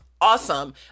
awesome